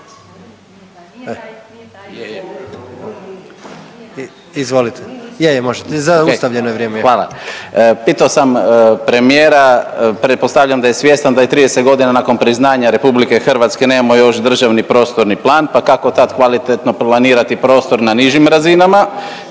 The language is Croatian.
izvolite, je, je možete, zaustavljeno je vrijeme/…. Hvala. Pitao sam premijera, pretpostavljam da je svjestan da i 30.g. nakon priznanja RH nemamo još državni prostorni plan, pa kako tad kvalitetno planirati prostor na nižim razinama